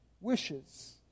wishes